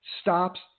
stops